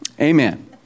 Amen